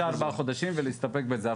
אפשר להוריד שלושה ארבעה חודשים ולהסתפק בזה.